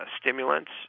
stimulants